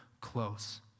close